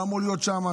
הוא לא אמור להיות שם.